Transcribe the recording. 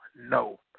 no